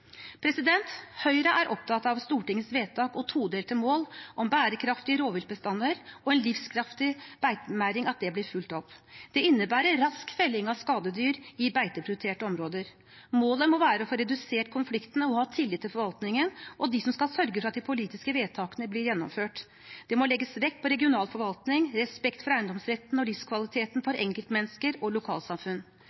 Høyre er opptatt av at Stortingets vedtak og todelte mål om bærekraftige rovviltbestander og en livskraftig beitenæring blir fulgt opp. Det innebærer rask felling av skadedyr i beiteprioriterte områder. Målet må være å få redusert konfliktene og å ha tillit til forvaltningen og dem som skal sørge for at de politiske vedtakene blir gjennomført. Det må legges vekt på regional forvaltning og respekt for eiendomsretten og